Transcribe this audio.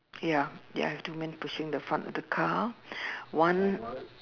ya ya I have two men pushing the front of the car one